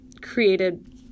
created